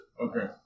okay